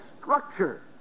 structure